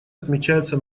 отмечается